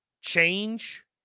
change